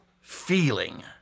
feeling